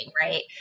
right